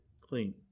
clean